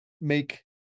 make